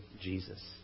Jesus